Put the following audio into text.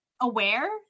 aware